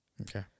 Okay